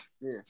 Yes